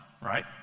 right